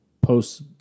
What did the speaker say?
post